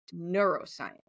neuroscience